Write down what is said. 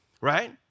right